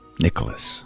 Nicholas